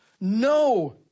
no